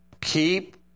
keep